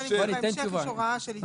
בהמשך יש הוראה.